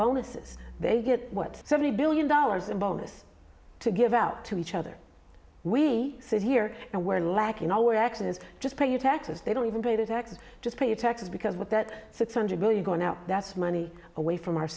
bonuses they get what seventy billion dollars a bonus to give out to each other we sit here and we're lacking always access just paying taxes they don't even pay the taxes just pay taxes because with that six hundred million going out that's money away from our